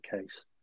case